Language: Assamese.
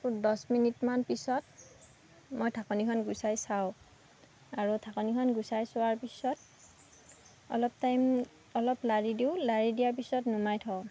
দহ মিনিটমান পিছত মই ঢাকনিখন গুচাই চাওঁ আৰু ঢাকনিখন গুচাই চোৱাৰ পিছত অলপ টাইম অলপ লাৰি দিওঁ লাৰি দিয়াৰ পাছত নমাই থওঁ